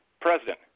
president